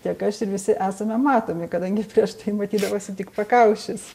tiek aš ir visi esame matomi kadangi prieš tai matydavosi tik pakaušis